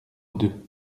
deux